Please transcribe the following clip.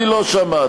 אני לא שמעתי.